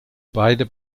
beide